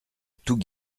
tout